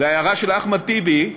להערה של אחמד טיבי,